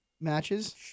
matches